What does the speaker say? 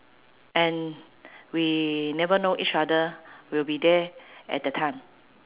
and we never know each other will be there at the time